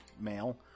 male